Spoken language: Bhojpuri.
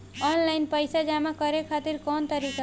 आनलाइन पइसा जमा करे खातिर कवन तरीका बा?